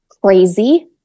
crazy